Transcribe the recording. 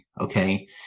Okay